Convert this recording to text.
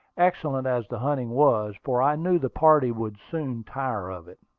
excellent as the hunting was, for i knew the party would soon tire of it.